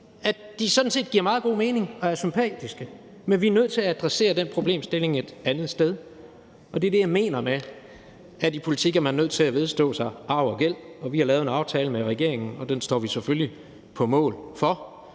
at de sådan set giver meget god mening og er sympatiske. Men vi er nødt til at adressere den problemstilling et andet sted, og det er det, jeg mener med, at man i politik er nødt til at vedstå sig arv og gæld. Vi har lavet en aftale med regeringen, og den står vi selvfølgelig på mål for,